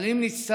אבל אם נצטרך,